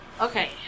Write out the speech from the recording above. Okay